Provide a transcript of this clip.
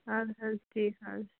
اَدٕ حظ ٹھیٖک حظ